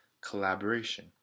collaboration